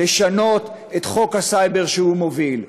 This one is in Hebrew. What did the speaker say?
לשנות את חוק הסייבר שהוא מוביל.